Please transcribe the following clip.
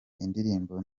indirimbo